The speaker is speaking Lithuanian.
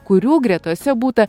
kurių gretose būta